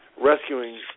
rescuing